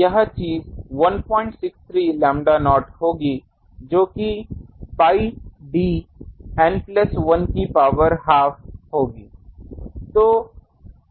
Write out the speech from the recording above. यह चीज़ 163 lambda naught होगी जो कि pi d N प्लस 1 की पॉवर हाफ होगी